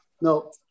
No